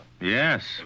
Yes